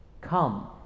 Come